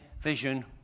vision